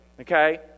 okay